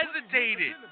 hesitated